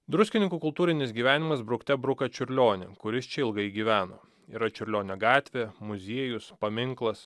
druskininkų kultūrinis gyvenimas brukte bruka čiurlionį kuris čia ilgai gyveno yra čiurlionio gatvė muziejus paminklas